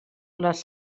les